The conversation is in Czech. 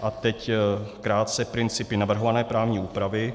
A teď krátce principy navrhované právní úpravy.